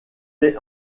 est